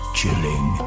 chilling